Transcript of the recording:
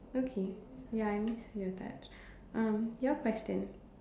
okay ya I miss your touch um your question